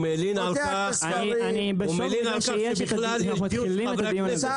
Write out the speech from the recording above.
הוא מלין על כך שיש בכלל דיון של חברי הכנסת.